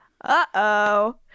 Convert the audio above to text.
Uh-oh